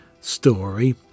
story